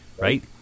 right